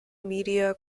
media